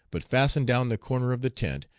but fastened down the corner of the tent,